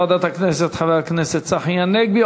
תודה ליושב-ראש ועדת הכנסת, חבר הכנסת צחי הנגבי.